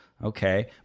Okay